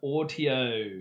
audio